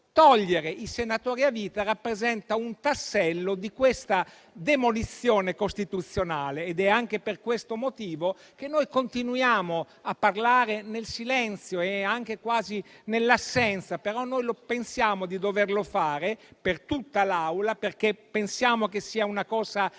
togliere i senatori a vita rappresenta un tassello di questa demolizione costituzionale. È anche per questo motivo che noi continuiamo a parlare, nel silenzio e anche quasi nell'assenza, ma pensiamo di doverlo fare per tutta l'Assemblea, perché pensiamo che sia una cosa